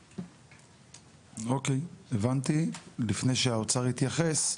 אוקי, הבנתי, לפני שהאוצר יתייחס,